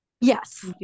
yes